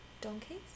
Donkeys